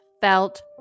felt